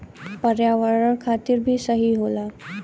पर्यावरण खातिर भी सही होला